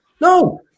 No